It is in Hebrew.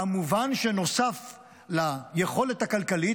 כמובן שנוסף ליכולת הכלכלית,